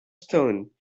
stone